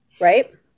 Right